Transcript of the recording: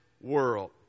world